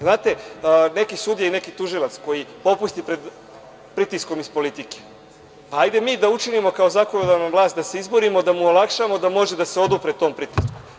Znate, neki sudija i neki tužilac koji popusti pred pritiskom iz politike, pa hajde da mi učinimo kao zakonodavna vlast da se izborimo da mu olakšamo da može da se odupre tom pritisku.